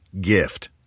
gift